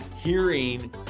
hearing